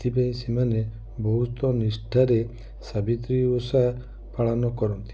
ସେଥିପାଇଁ ସେମାନେ ବହୁତ ନିଷ୍ଠାରେ ସାବିତ୍ରୀ ଓଷା ପାଳନ କରନ୍ତି